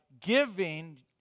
giving